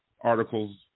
articles